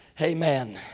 Amen